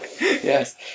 Yes